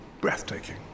breathtaking